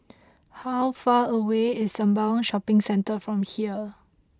how far away is Sembawang Shopping Centre from here